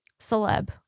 celeb